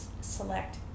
select